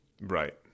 right